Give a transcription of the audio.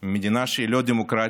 ממדינה שהיא לא דמוקרטית,